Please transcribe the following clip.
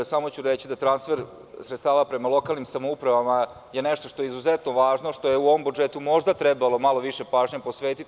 Samo ću reći da transfer sredstava prema lokalnim samoupravama je nešto što je izuzetno važno što je u ovom budžetu možda trebalo malo više pažnje posvetiti.